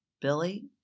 Billy